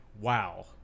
wow